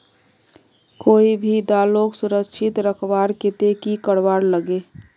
कोई भी दालोक सुरक्षित रखवार केते की करवार लगे?